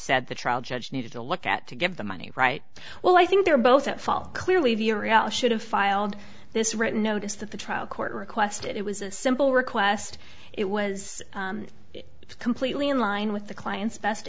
said the trial judge needed to look at to give the money right well i think they're both at fault clearly via reality should have filed this written notice that the trial court requested it was a simple request it was completely in line with the client's best